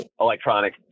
electronic